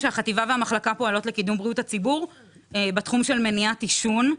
שהחטיבה והמחלקה פועלות לקידום בריאות הציבור בתחום של מניעת עישון.